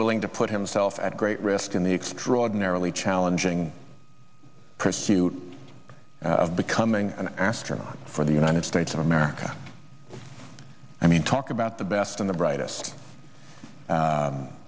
willing to put himself at great risk in the extraordinarily challenging pursuit of becoming an astronaut for the united states of america i mean talk about the best and the brightest